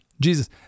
Jesus